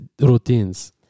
routines